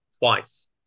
twice